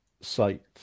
site